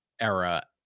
era